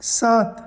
सात